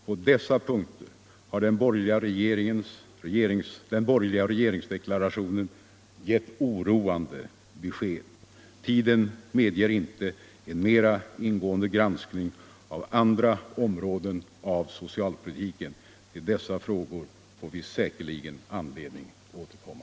På dessa punkter har den borgerliga regeringsdeklarationen gett oroande besked. Tiden medger inte en mera ingående granskning av andra områden av socialpolitiken. Till dessa frågor får vi säkerligen anledning att återkomma.